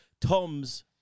Tom's